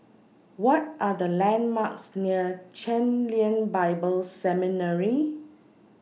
What Are The landmarks near Chen Lien Bible Seminary